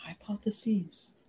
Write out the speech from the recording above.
hypotheses